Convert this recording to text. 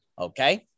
Okay